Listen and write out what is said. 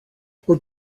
were